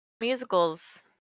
musicals